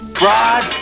Rod